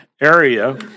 area